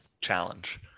challenge